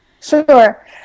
Sure